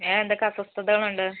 വേറെയെന്തൊക്കെ അസ്വസ്ഥതകൾ ഉണ്ട്